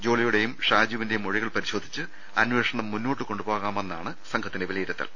ജോളി യുടെയും ഷാജുവിന്റെയും മൊഴികൾ പരിശോധിച്ച് അന്വേഷണം മുന്നോട്ടു കൊണ്ടുപോകാമെന്നാണ് സംഘത്തിന്റെ വിലയിരുത്തൽ